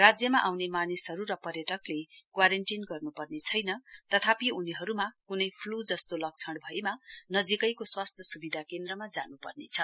राज्यमा आउने मानिसहरू र पर्यटकले क्वारेन्टीन गर्नुपर्ने छैन तथापि उनीहरूमा कुनै फ्लू जस्तो लक्षण भएमा नजीकैको स्वास्थ्य सुविधा केन्द्रमा जान्पर्नेछ